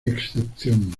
excepción